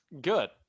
Good